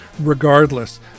Regardless